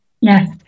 Yes